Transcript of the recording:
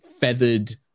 feathered